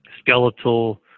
skeletal